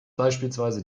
beispielsweise